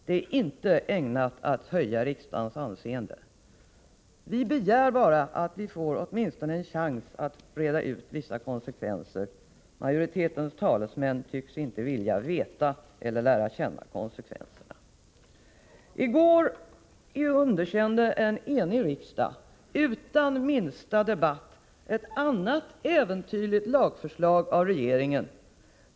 Det är inte ägnat att höja riksdagens anseende. Vi begär bara att vi åtminstone får en chans att reda ut vissa konsekvenser. Majoritetens talesmän tycks inte vilja veta om vilka konsekvenserna är eller lära känna dem. I går underkände en enig riksdag utan minsta debatt ett annat äventyrligt lagförslag från regeringen.